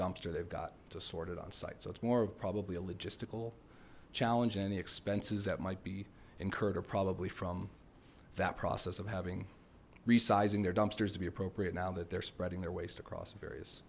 dumpster they've got to sort it on site so it's more of probably a logistical challenge and any expenses that might be incurred or probably from that process of having resizing their dumpsters to be appropriate now that they're spreading their waste across